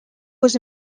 was